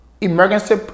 emergency